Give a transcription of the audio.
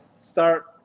start